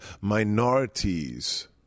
minorities